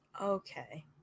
Okay